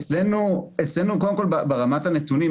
אצלנו קודם כל ברמת הנתונים,